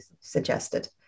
suggested